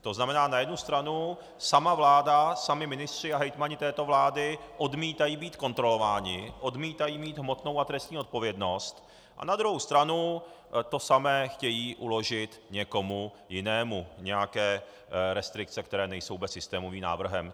To znamená na jednu stranu sama vláda, sami ministři a hejtmani této vlády, odmítají být kontrolováni, odmítají mít hmotnou a trestní odpovědnost, a na druhou stranu to samé chtějí uložit někomu jinému, nějaké restrikce, které nejsou vůbec systémovým návrhem.